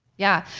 yeah,